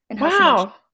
Wow